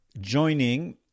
joining